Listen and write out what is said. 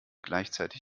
gleichzeitig